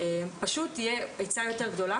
פשוט יהיה היצע יותר גדול,